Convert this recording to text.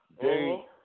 day